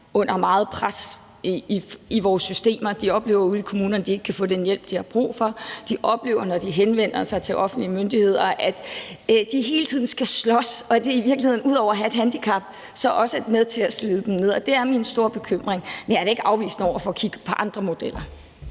under meget pres i vores systemer. De oplever ude i kommunerne, at de ikke kan få den hjælp, de har brug for, de oplever, når de henvender sig til offentlige myndigheder, at de hele tiden skal slås, og at det i virkeligheden ud over at have et handicap så også er med til at slide dem ned, og det er min store bekymring. Men jeg er da ikke afvisende over for at kigge på andre modeller.